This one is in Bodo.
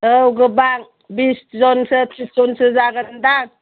औ गोबां बिस जोनसो थ्रिस जोनसो जागोन दां